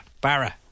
Barra